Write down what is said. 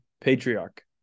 patriarch